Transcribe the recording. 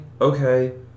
okay